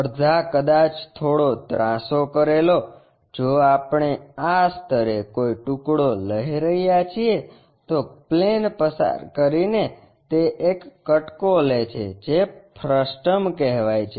અડધા કદાચ થોડો ત્રાસો કરેલો જો આપણે આ સ્તરે કોઈ ટૂકડો લઈ રહ્યા છીએ તો પ્લેન પસાર કરીને તે એક કટકો લે છે જે ફ્રસ્ટમ કહેવાય છે